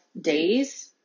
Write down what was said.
days